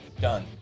done